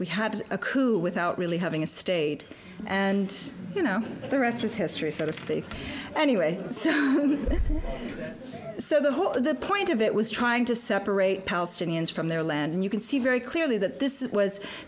we had a coup without really having a state and you know the rest is history sort of anyway so the whole the point of it was trying to separate palestinians from their land and you can see very clearly that this was